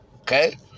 okay